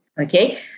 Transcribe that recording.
okay